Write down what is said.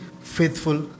faithful